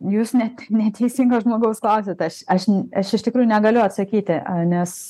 jūs net neteisingo žmogaus klausiat aš aš aš iš tikrųjų negaliu atsakyti nes